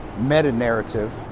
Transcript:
meta-narrative